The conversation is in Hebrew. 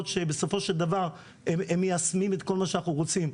שבסופו של דבר הם מיישמים את כל מה שאנחנו רוצים.